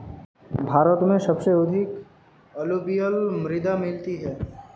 भारत में सबसे अधिक अलूवियल मृदा मिलती है